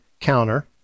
counter